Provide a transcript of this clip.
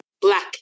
black